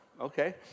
okay